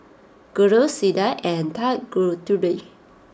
Guru Suda and Tanguturi